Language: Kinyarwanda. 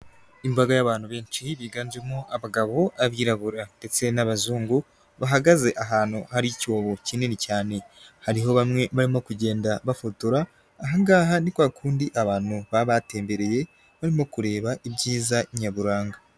Imbaga y'abantu benshi biganjemo abagabo abirabura ndetse n'abazungu bahagaze ahantu hari icyobo kinini cyane, hariho bamwe barimo kugenda bafotora aha ngaha ni kwa kundi abantu baba batembereye barimo kureba ibyiza nyaburanga.